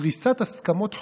דריסת הסכמות חוזיות,